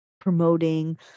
promoting